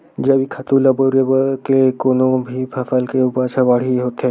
जइविक खातू ल बउरे ले कोनो भी फसल के उपज ह बड़िहा होथे